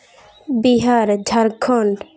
Bihar Jharkhand